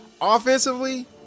offensively